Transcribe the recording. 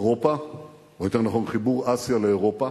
אירופה, או יותר נכון חיבור אסיה לאירופה.